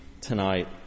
tonight